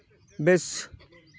ᱵᱮᱥ